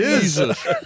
Jesus